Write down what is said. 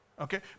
okay